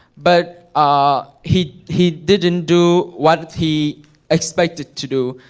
but ah he he didn't do what he expected to do.